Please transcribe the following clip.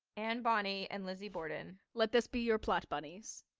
anne bonny and lizzie borden let this be your plot bunnies.